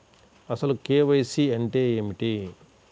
అసలు కే.వై.సి అంటే ఏమిటి?